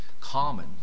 common